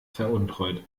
veruntreut